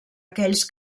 aquells